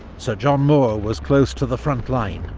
sir john moore was close to the front line,